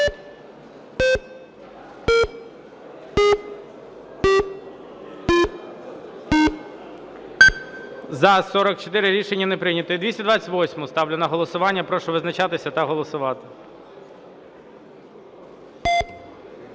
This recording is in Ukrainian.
За-44 Рішення не прийнято. І 228-у ставлю на голосування. Прошу визначатися та голосувати.